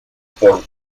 por